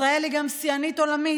ישראל היא גם שיאנית עולמית